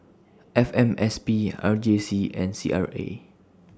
F M S P R J C and C R A